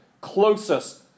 closest